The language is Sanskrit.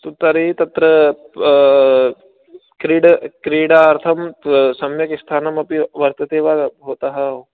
सुतरे तत्र क्रीड् क्रीडार्थं सम्यक् स्थानमपि वर्तते वा भवतः